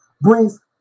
brings